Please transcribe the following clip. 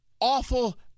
awful